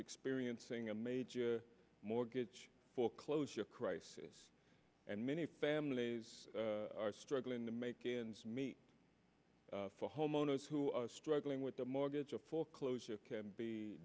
experiencing a major mortgage foreclosure crisis and many families are struggling to make ends meet for homeowners who are struggling with their mortgage a foreclosure can be